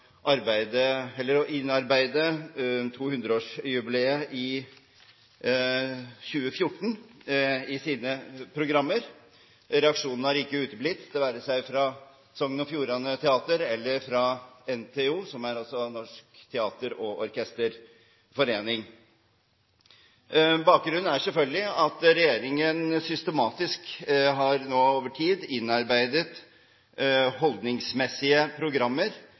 å innarbeide 200-årsjubileet i 2014 i sine programmer. Reaksjonene har ikke uteblitt, det være seg fra Sogn og Fjordane Teater eller fra NTO, som altså er Norsk teater- og orkesterforening. Bakgrunnen er selvfølgelig at regjeringen systematisk, over tid, har innarbeidet holdningsmessige programmer